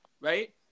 right